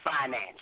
finance